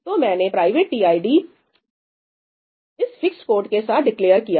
तो मैंने private TID इस फिक्स्ड कोड के साथ डिक्लेअर किया था